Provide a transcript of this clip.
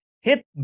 hit